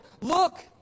look